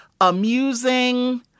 amusing